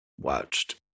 watched